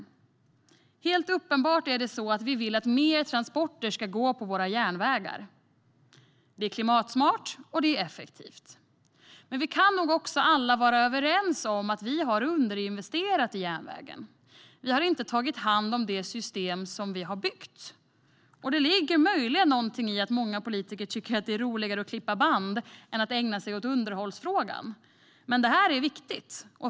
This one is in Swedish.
Det är helt uppenbart att vi vill att fler transporter ska gå på järnväg. Det är klimatsmart, och det är effektivt. Men vi kan alla vara överens om att vi har underinvesterat i järnvägen. Vi har inte tagit hand om det system som vi har byggt. Det ligger möjligen någonting i att många politiker tycker att det är roligare att klippa band än att ägna sig åt underhållsfrågan. Men det är viktigt.